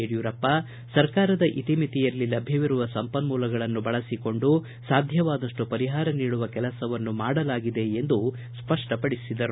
ಯಡಿಯೂರಪ್ಪ ಸರ್ಕಾರದ ಇತಿಮಿತಿಯಲ್ಲಿ ಲಭ್ಯವಿರುವ ಸಂಪನ್ಮೂಲಗಳನ್ನು ಬಳಸಿಕೊಂಡು ಸಾಧ್ಯವಾದಷ್ಟು ಪರಿಹಾರ ನೀಡುವ ಕೆಲಸವನ್ನು ಮಾಡಲಾಗಿದೆ ಎಂದು ಸ್ಪಷ್ಟಪಡಿಸಿದರು